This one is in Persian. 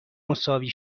مساوی